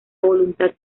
voluntad